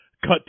Cut